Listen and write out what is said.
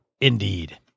Indeed